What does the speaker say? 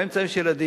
באמצע יש ילדים,